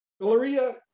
Valeria